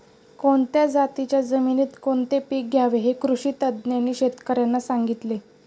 कोणत्या जातीच्या जमिनीत कोणते पीक घ्यावे हे कृषी तज्ज्ञांनी शेतकर्यांना सांगितले